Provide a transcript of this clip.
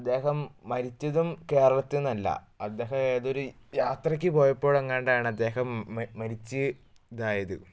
അദ്ദേഹം മരിച്ചതും കേരളത്തിൽ നിന്നല്ല അദ്ദേഹം ഏതൊരു യാത്രയ്ക്ക് പോയപ്പോഴ് എങ്ങാണ്ടാണ് അദ്ദേഹം മരിച്ച് ഇതായത്